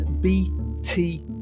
bt